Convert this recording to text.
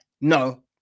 no